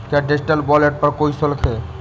क्या digital wallet पर कोई शुल्क है?